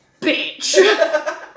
bitch